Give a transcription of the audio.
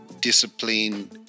discipline